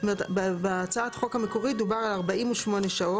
זאת אומרת, בהצעת החוק המקורית דובר על 48 שעות.